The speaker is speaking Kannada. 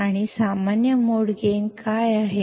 ಮತ್ತು ಕಾಮನ್ ಮೋಡ್ ಗೈನ್ ಏನು